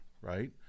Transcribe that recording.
right